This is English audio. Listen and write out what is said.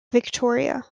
victoria